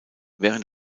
während